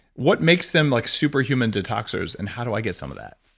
what makes them like superhuman detoxers and how do i get some of that?